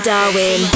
Darwin